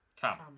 come